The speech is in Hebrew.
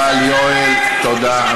רויטל, יואל, תודה.